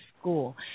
school